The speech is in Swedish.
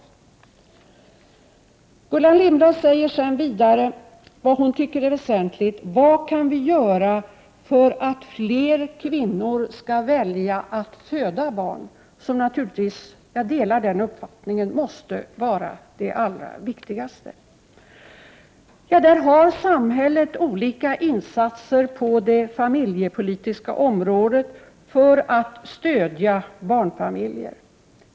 Gullan Lindblad frågade vidare: Vad kan vi göra för att fler kvinnor skall välja att föda barn, vilket naturligtvis — jag delar den uppfattningen — måste vara det allra viktigaste. Samhället gör olika insatser på det familjepolitiska området för att stödja barnfamiljer.